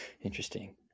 interesting